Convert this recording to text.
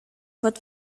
but